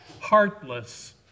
heartless